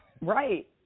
Right